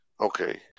Okay